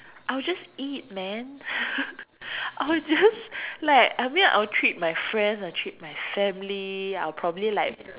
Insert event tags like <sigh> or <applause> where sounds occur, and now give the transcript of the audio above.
I will just eat man <laughs> I will just like I mean I will treat my friends I will treat my family I'll probably like